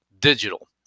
digital